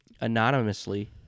anonymously